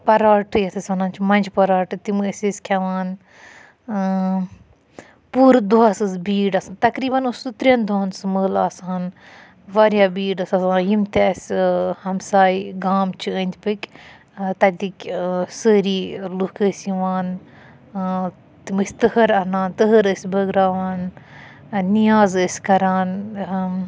پَراٹ یَتھ أسۍ وَنان چھِ مۄنجہِ پَراٹ تِم ٲسۍ أسۍ کھیٚوان پوٗرٕ دۄہَس ٲسۍ بھیٖڑ آسان تَقریباً اوس سُہ تریٚن دۄہَن سُہ مٲلہٕ آسان واریاہ بھیٖڑ ٲسۍ آسان یِم تہِ اَسہِ ہَمساے گام چھِ أندۍ پٔکۍ تَتکۍ سٲرٕے لُکھ ٲسۍ یِوان تِم ٲسۍ تٔہَر اَنان تٔہر ٲسۍ بٲگراوان نِیاز ٲسۍ کَران